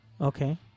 Okay